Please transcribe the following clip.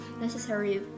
necessary